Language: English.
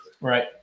right